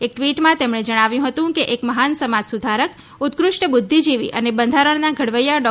એક ટ઼વીટમાં તેમણે જણાવ્યું હતું કે એક મહાન સમાજ સુધારક ઉતકૃષ્ઠ બુઘ્ઘિજીવી અને બંધારણનાં ઘડવૈયા ડો